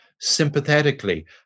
sympathetically